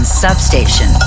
Substation